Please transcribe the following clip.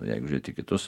jeigu žiūrėt į kitus